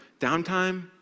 downtime